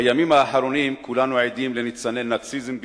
בימים האחרונים כולנו עדים לניצני נאציזם בישראל.